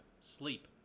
sleep